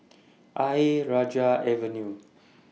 Ayer Rajah Avenue